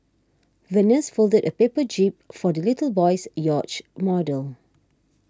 the nurse folded a paper jib for the little boy's yacht model